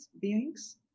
beings